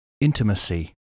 Intimacy